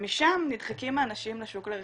ומשם נדחקים האנשים בשוק לרכישה,